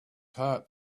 heart